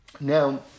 Now